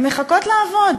הן מחכות לעבודה.